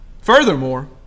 Furthermore